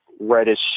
reddish